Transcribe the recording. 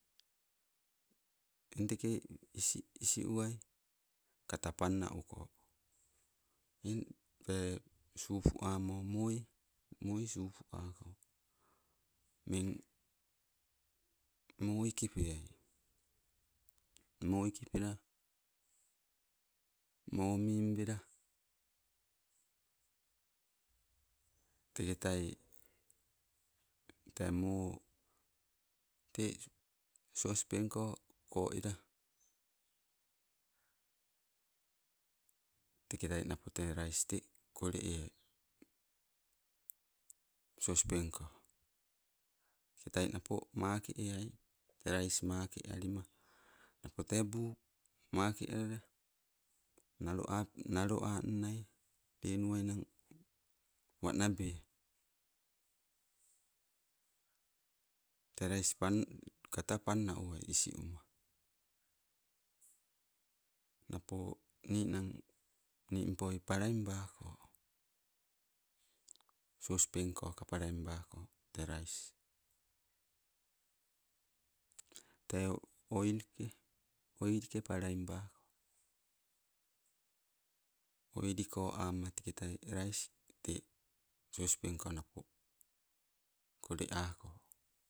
Eng teke isi isi uwai kata panna uko. Eng pe supu amo, moi, moi supu ako. Meng moo ikipeai, moo ikipela, moo membela taketai, te moo tee sospeenko, ko ela teketai napo tee kole eai, sospenko. Teke tai napo make eai. Tee rais makae alima napo tee buu make lalala, maloap nalo annai lenuwai nang, wanabeai. Tee rais pan, kata panna owai isu uma. Napo ninnang nimpoi palaimbako, sospenko ka palaimbakong te rais. Tee oilike, oilike palaimbako. Oili koama teka taiw rais tee sospenko napo kole ako.